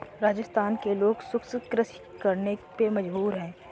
राजस्थान के लोग शुष्क कृषि करने पे मजबूर हैं